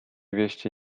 wieści